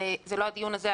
זה לא הדיון הזה,